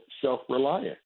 self-reliant